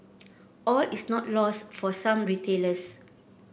all is not lost for some retailers